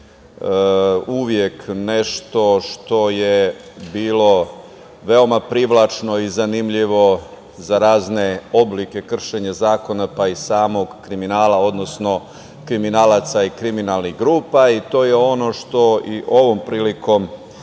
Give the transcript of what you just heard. uvek nešto što je bilo veoma privlačno i zanimljivo za razne oblike kršenja zakona, pa i samog kriminala, odnosno kriminalaca i kriminalnih grupa. To je ono što i ovom prilikom